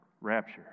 rapture